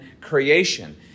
creation